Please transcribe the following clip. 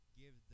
give